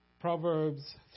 Proverbs